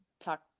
talk